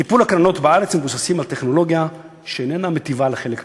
טיפולי הקרנות בארץ מבוססים על טכנולוגיה שאיננה מיטיבה עם חלק מהחולים,